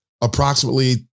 approximately